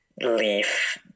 leaf